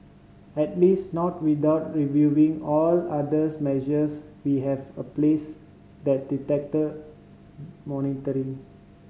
at least not without reviewing all others measures we have a place that detector monitoring